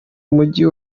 mujyi